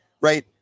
right